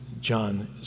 John